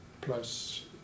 plus